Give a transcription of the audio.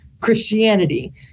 Christianity